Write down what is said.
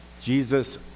Jesus